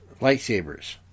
lightsabers